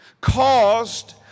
caused